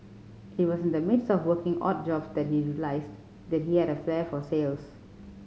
it was in the midst of working odd jobs that he realised that he had a flair for sales